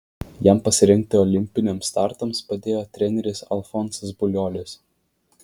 jam pasirengti olimpiniams startams padėjo treneris alfonsas buliuolis